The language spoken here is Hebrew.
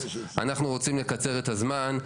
אנחנו רוצים לקצר את הזמן,